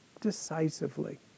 decisively